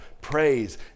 Praise